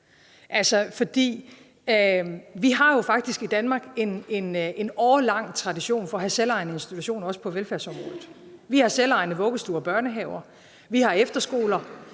Vi har faktisk i Danmark en årelang tradition for at have selvejende institutioner, også på velfærdsområdet. Vi har selvejende vuggestuer og børnehaver; vi har efterskoler;